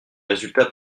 résultats